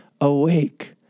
awake